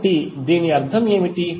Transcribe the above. కాబట్టి దీని అర్థం ఏమిటి